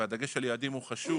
והדגש על יעדים הוא חשוב,